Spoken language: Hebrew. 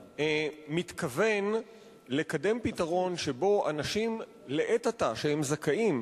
מתכוון לקדם פתרון שבו אנשים שהם זכאים,